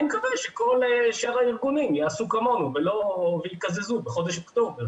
מקווה שכל שאר הארגונים יעשו כמונו ויקזזו בחודש אוקטובר